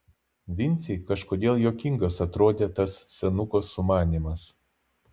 vincei kažkodėl juokingas atrodė tas senuko sumanymas